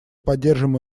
поддерживаем